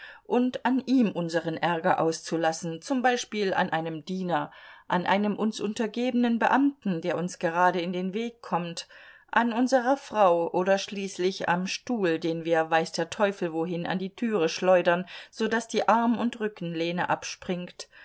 und an ihm unseren ärger auszulassen zum beispiel an einem diener an einem uns untergebenen beamten der uns gerade in den weg kommt an unserer frau oder schließlich am stuhl den wir weiß der teufel wohin an die türe schleudern so daß die arm und rückenlehne abspringt